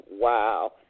wow